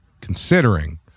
considering